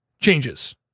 changes